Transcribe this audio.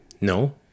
No